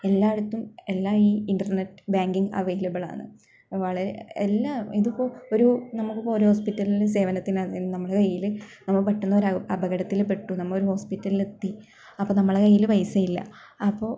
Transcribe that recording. എല്ലായിടത്തും എല്ലാ ഈ ഇൻ്റർനെറ്റ് ബാങ്കിങ്ങ് അവൈലബിൾ ആണ് അപ്പം വളരെ എല്ലാ ഇതിപ്പോൾ ഒരു നമുക്കിപ്പോൾ ഒരു ഹോസ്പിറ്റൽ സേവനത്തിനായാലും നമ്മുടെ കയ്യിൽ നമ്മൾ പെട്ടെന്ന് ഒരു അപകടത്തിൽ പെട്ടു നമ്മളൊരു ഹോസ്പിറ്റലിൽ എത്തി അപ്പം നമ്മള കയ്യിൽ പൈസ ഇല്ല അപ്പോൾ